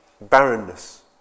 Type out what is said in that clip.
barrenness